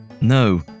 no